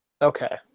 okay